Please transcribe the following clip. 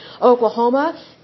Oklahoma